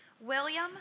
William